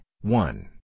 one